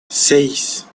seis